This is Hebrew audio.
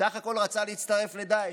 בסך הכול רצה להצטרף לדאעש.